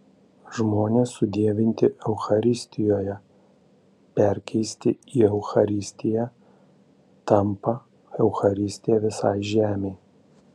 žmonės sudievinti eucharistijoje perkeisti į eucharistiją tampa eucharistija visai žemei